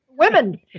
Women